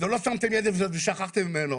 למה שמתם ילד ושכחתם ממנו?